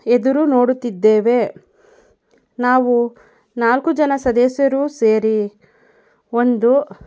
ಎದುರು ನೋಡುತ್ತಿದ್ದೇವೆ ನಾವು ನಾಲ್ಕು ಜನ ಸದಸ್ಯರೂ ಸೇರಿ ಒಂದು